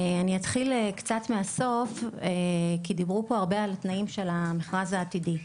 אני אתחיל קצת מהסוף כי דיברו פה הרבה על התנאים של המכרז העתידי,